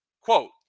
Quote